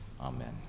Amen